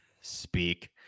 speak